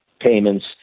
payments